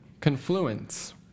confluence